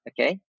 Okay